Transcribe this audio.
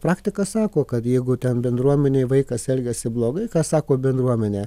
praktika sako kad jeigu ten bendruomenėj vaikas elgiasi blogai ką sako bendruomenė